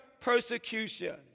persecution